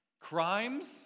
crimes